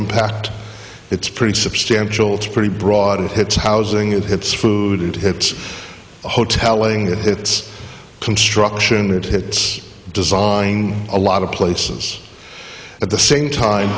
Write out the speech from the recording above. impact it's pretty substantial it's pretty broad it hits housing it hits food it hits hotel laying it hits construction it hits design a lot of places at the same time